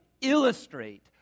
illustrate